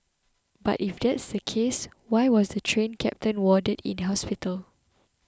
but if that's the case why was the Train Captain warded in hospital